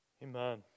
Amen